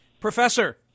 Professor